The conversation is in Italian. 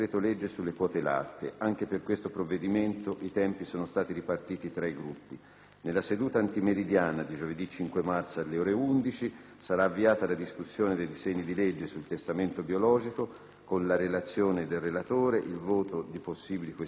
Nella seduta antimeridiana di giovedì 5 marzo, alle ore 11, sarà avviata la discussione dei disegni di legge sul testamento biologico con la relazione del relatore, il voto di possibili questioni incidentali ed eventualmente qualche intervento in discussione generale.